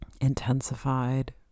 intensified